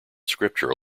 scripture